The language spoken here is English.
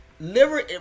liver